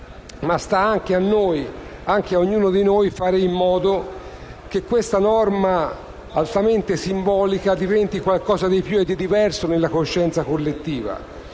ma sta anche a noi, ad ognuno di noi, fare in modo che questa norma altamente simbolica diventi qualcosa di più e di diverso nella coscienza collettiva.